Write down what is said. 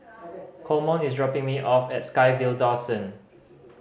Coleman is dropping me off at SkyVille Dawson